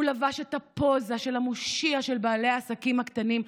הוא לבש את הפוזה של המושיע של בעלי העסקים הקטנים.